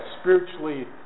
spiritually